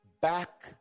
back